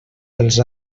dels